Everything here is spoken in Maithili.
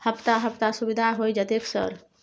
हफ्ता हफ्ता सुविधा होय जयते सर?